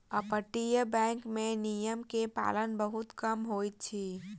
अपतटीय बैंक में नियम के पालन बहुत कम होइत अछि